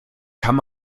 kann